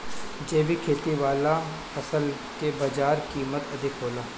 जैविक खेती वाला फसल के बाजार कीमत अधिक होला